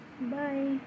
bye